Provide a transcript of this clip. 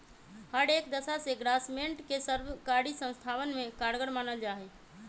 हर एक दशा में ग्रास्मेंट के सर्वकारी संस्थावन में कारगर मानल जाहई